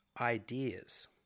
ideas